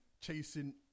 chasing